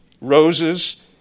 roses